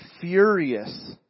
furious